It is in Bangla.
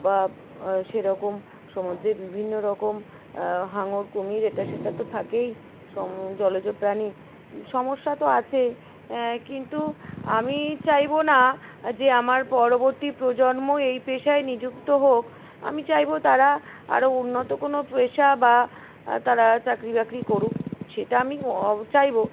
বা সেরকম সমুদ্রে বিভিন্ন রকম হাঙড় কুমির এটা সেটা তো থাকেই জলজ প্রাণী সমস্যা তো আছে কিন্তু আমি চাইব না যে আমার পরবর্তী প্রজন্ম এই পেশায় নিযুক্ত হোক আমি চাইব তারা আরও উন্নত কোনো পেশা বা তারা চাকরি বাকরি করুক সেটা আমি চাইব